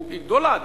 היא גדולה,